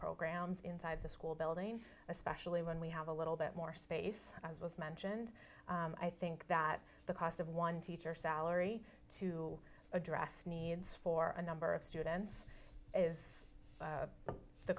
programs inside the school building especially when we have a little bit more space as was mentioned i think that the cost of one teacher salary to address needs for a number of students is